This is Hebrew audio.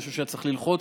אני חושב שהיה צריך ללחוץ